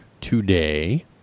today